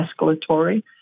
escalatory